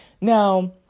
Now